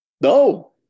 No